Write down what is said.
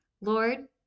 Lord